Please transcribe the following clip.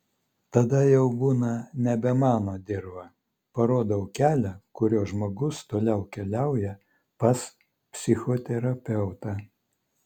tada jau būna nebe mano dirva parodau kelią kuriuo žmogus toliau keliauja pas psichoterapeutą